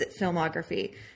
filmography